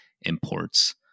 imports